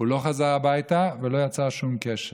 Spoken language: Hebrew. לא חזר הביתה ולא יצר שום קשר.